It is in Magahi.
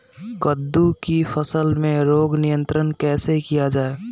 कददु की फसल में रोग नियंत्रण कैसे किया जाए?